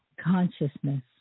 consciousness